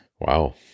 Wow